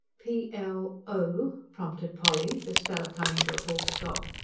p l o prompted polly, the speller coming to a full stop.